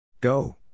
Go